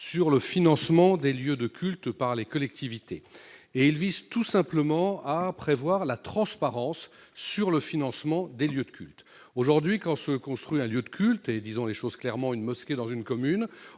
sur le financement des lieux de culte par les collectivités et il vise tout simplement à prévoir la transparence sur le financement des lieux de culte aujourd'hui quand se construire un lieu de culte et disons les choses clairement, une mosquée dans une commune,